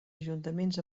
ajuntaments